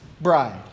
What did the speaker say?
bride